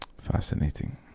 Fascinating